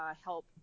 help